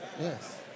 Yes